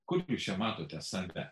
kur jūs čia matote save